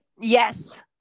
Yes